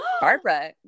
Barbara